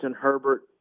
Herbert